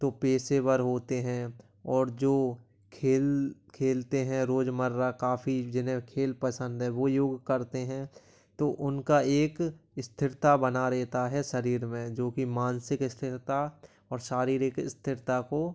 तो पेशेवर होते हैं और जो खेल खेलते हैं रोजमर्रा काफ़ी जिन्हें खेल पसंद है वो योग करते हैं तो उनका एक स्थिरता बना रहता है शरीर में जो की मानसिक स्थिरता और शारीरिक स्थिरता को